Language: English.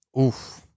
Oof